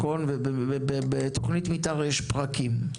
בתכנית מתאר יש פרקים.